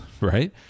right